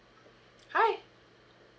hi